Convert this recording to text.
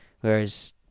Whereas